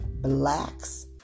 blacks